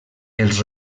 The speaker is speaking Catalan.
els